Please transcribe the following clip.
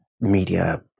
media